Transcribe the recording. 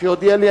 שיודיע לי,